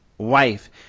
Wife